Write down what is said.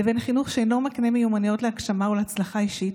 לבין חינוך שאינו מקנה מיומנויות להגשמה ולהצלחה אישית,